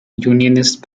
unionist